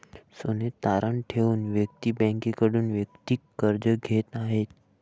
सोने तारण ठेवून व्यक्ती बँकेकडून वैयक्तिक कर्ज घेत आहे